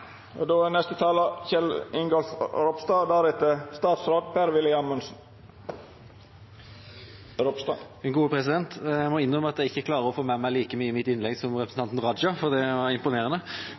Jeg må innrømme at jeg ikke klarer å få med meg like mye i mitt innlegg som representanten Raja, for det var imponerende.